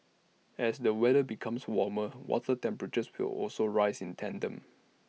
as the weather becomes warmer water temperatures will also rise in tandem